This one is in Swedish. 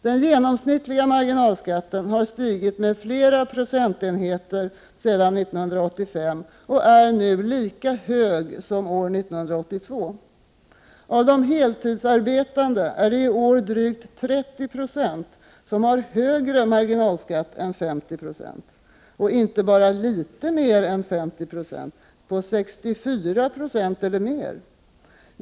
Den genomsnittliga marginalskatten har stigit med flera procentenheter sedan 1985 och är nu lika hög som år 1982. Av de heltidsarbetande är det i år drygt 30 90 som har högre marginalskatt än 50 20. Och den är inte bara litet mer än 50 96 utan den ligger på 64 96 eller mer.